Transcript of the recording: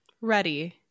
ready